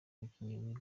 umukinnyi